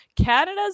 Canada's